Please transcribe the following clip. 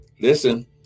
Listen